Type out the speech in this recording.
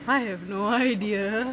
I have no idea